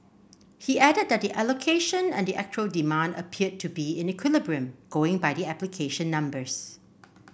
he added that the allocation and the actual demand appeared to be in equilibrium going by the application numbers